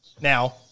now